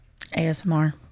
ASMR